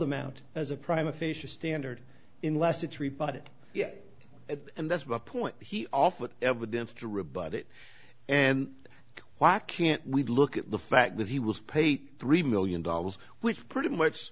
amount as a prime official standard in less than three but it and that's my point he offered evidence to rebut it and walk can't we look at the fact that he was paid three million dollars which pretty much